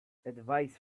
advice